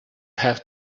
have